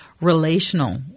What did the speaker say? relational